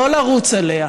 לא לרוץ אליה,